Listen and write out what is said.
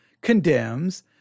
condemns